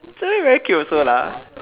Serene very cute also lah